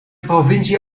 provincie